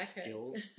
skills